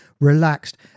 relaxed